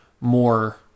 more